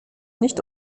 nicht